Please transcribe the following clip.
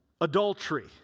adultery